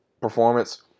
performance